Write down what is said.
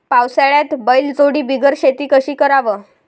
पावसाळ्यात बैलजोडी बिगर शेती कशी कराव?